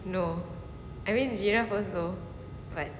no I mean giraffe also but